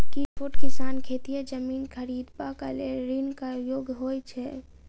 की छोट किसान खेतिहर जमीन खरिदबाक लेल ऋणक योग्य होइ छै?